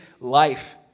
life